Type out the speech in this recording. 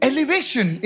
Elevation